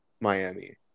Miami